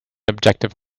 objective